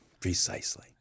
precisely